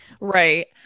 Right